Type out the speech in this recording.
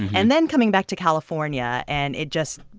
and then coming back to california and it just